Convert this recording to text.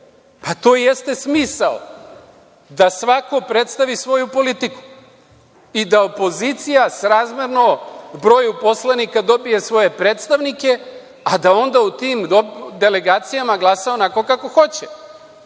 jeste smisao da svako predstavi svoju politiku i da opozicija srazmerno broju poslanika dobije svoje predstavnike, a da onda u tim delegacijama glasa onako kako hoće.Zašto